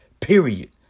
period